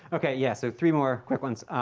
okay, yeah, so three more quick ones.